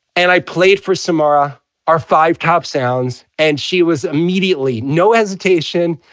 and i played for somara our five top sounds. and she was immediately, no hesitation,